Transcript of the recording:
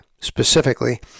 Specifically